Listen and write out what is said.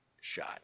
shot